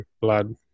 blood